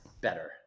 better